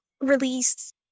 released